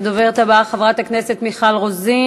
הדוברת הבאה מיכל רוזין.